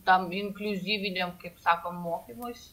tam inkliuzyviniam kaip sako mokymuisi